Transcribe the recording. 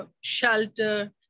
shelter